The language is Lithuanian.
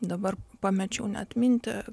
dabar pamačiau net mintį